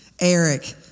Eric